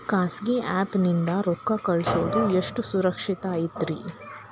ಖಾಸಗಿ ಆ್ಯಪ್ ನಿಂದ ರೊಕ್ಕ ಕಳ್ಸೋದು ಎಷ್ಟ ಸುರಕ್ಷತಾ ಐತ್ರಿ?